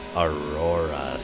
aurora